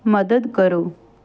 ਮਦਦ ਕਰੋ